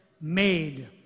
made